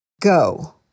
go